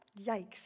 Yikes